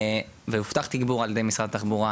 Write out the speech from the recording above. והובטח תגבור על ידי משרד התחבורה,